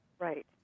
right